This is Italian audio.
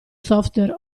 software